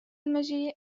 المجيء